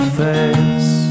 face